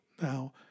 now